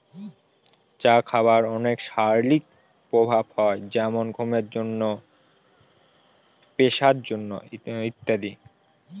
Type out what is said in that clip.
চা খাবার অনেক শারীরিক প্রভাব হয় যেমন ঘুমের জন্য, প্রেসার ইত্যাদি